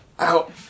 Ow